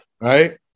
Right